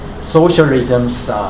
socialisms